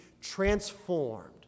transformed